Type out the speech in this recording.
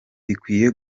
bikwiye